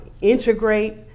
integrate